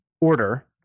order